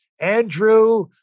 Andrew